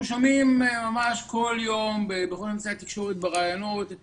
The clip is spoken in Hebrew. אנחנו שומעים בכל יום בכל אמצעי התקשורת בראיונות את